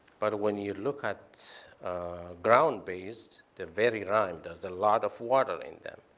but when you look at ground-based, they're very round. there's a lot of water in them.